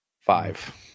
Five